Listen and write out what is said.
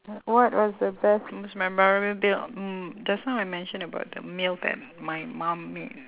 what was the best most memorable meal mm just now I mention about the meal that my mum made